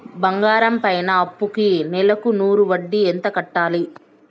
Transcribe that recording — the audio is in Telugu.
బంగారం పైన అప్పుకి నెలకు నూరు వడ్డీ ఎంత కట్టాలి?